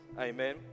Amen